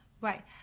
Right